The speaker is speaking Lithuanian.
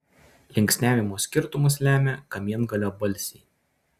linksniavimo skirtumus lemia kamiengalio balsiai